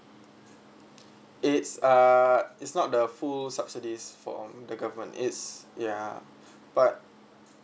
it's uh it's not the full subsidies from the government it's ya but